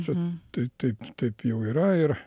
čia tai taip taip jau yra ir